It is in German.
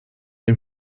dem